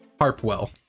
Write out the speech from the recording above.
Harpwell